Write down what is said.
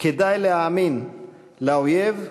כדאי להאמין לאויב".